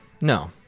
No